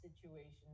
situations